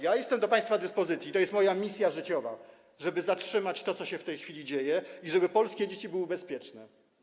Ja jestem do państwa dyspozycji i to jest moja misja życiowa, żeby zatrzymać to, co się w tej chwili dzieje, i żeby polskie dzieci były bezpieczne.